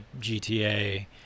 GTA